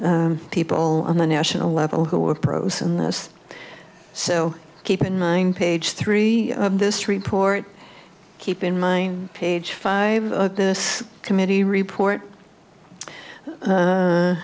people on the national level who were pros in this so keep in mind page three of this report keep in mind page five of this committee report